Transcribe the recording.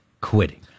quitting